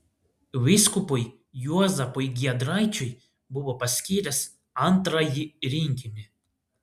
vyskupui juozapui giedraičiui buvo paskyręs antrąjį rinkinį